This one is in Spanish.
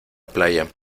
playa